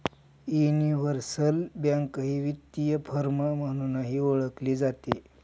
universal bank ही वित्तीय firm म्हणूनही ओळखली जाते